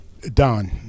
Don